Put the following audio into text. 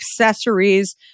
accessories